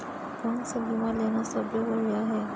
कोन स बीमा लेना सबले बढ़िया हे?